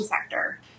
sector